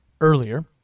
earlier